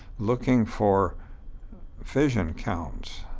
looking for fission counts.